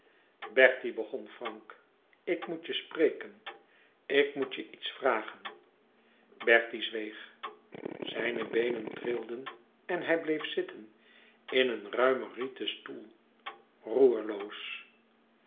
bertie begon frank ik moet je spreken ik moet je iets vragen bertie zweeg zijne beenen trilden en hij bleef zitten in een ruimen rieten stoel roerloos